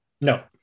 No